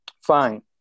fine